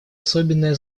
особенное